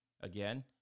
Again